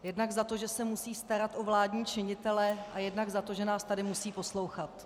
Jednak za to, že se musí starat o vládní činitele, a jednak za to, že nás tady musí poslouchat.